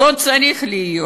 לא צריך להיות.